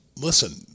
listen